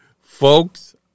folks